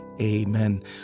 Amen